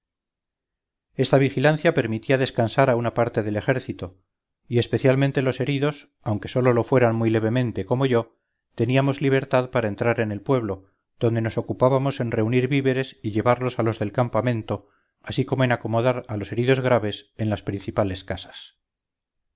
estavigilancia permitía descansar a una parte del ejército y especialmente los heridos aunque sólo lo fueran muy levemente como yo teníamos libertad para estar en el pueblo donde nos ocupábamos en reunir víveres y llevarlos a los del campamento así como en acomodar a los heridos graves en las principales casas